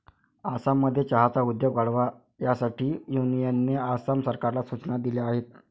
आसाममध्ये चहाचा उद्योग वाढावा यासाठी युनियनने आसाम सरकारला सूचना दिल्या आहेत